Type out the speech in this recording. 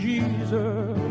Jesus